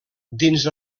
dins